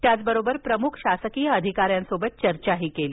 त्याचबरोबर प्रमुख शासकीय अधिकाऱ्यांसोबत चर्चा केली